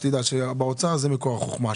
שתדע שבאוצר זה מקור החוכמה,